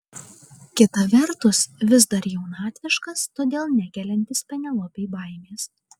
kita vertus vis dar jaunatviškas todėl nekeliantis penelopei baimės